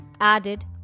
added